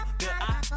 good